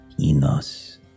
Enos